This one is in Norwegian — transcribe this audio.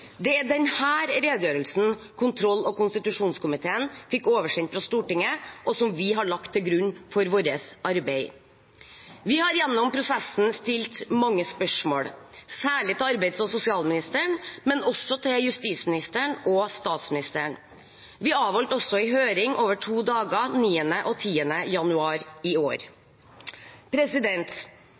Det er denne redegjørelsen kontroll- og konstitusjonskomiteen fikk oversendt fra Stortinget, og som vi har lagt til grunn for vårt arbeid. Vi har gjennom prosessen stilt mange spørsmål, særlig til arbeids- og sosialministeren, men også til justisministeren og statsministeren. Vi avholdt også en høring over to dager 9. og 10. januar i år.